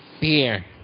Beer